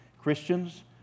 Christians